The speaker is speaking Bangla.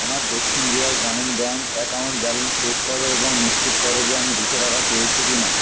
আমার Dakshin Bihar Gramin bank account balance check করো এবং নিশ্চিত করো যে আমি দুশো টাকা পেয়েছি কি না